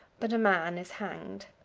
but a man is hanged.